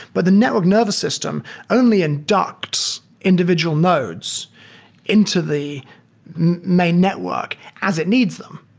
but the network nervous system only inducts individual nodes into the main network as it needs them.